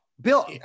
Bill